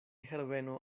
herbeno